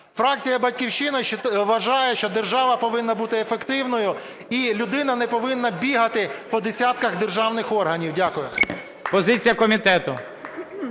Фракція "Батьківщина" вважає, що держава повинна бути ефективною, і людина не повинна бігати по десятках державних органів. Дякую. ГОЛОВУЮЧИЙ. Позиція комітету.